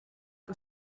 que